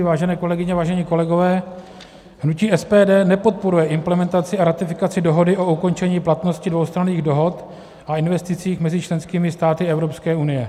Vážené kolegyně, vážení kolegové, hnutí SPD nepodporuje implementaci a ratifikaci dohody o ukončení platnosti dvoustranných dohod a investicích mezi členskými státy Evropské unie.